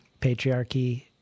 patriarchy